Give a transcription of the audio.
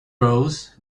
rose